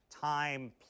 time